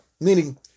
Meaning